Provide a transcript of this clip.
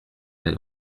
elle